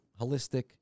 holistic